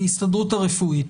בהסתדרות הרפואית.